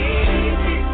easy